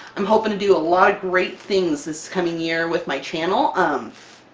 i'm hoping to do a lot of great things, this coming year with my channel! um,